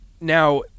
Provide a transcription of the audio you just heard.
Now